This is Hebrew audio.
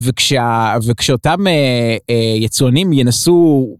וכשאותם יצואנים ינסו.